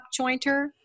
jointer